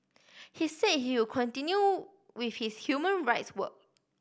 he say he would continue with his human rights work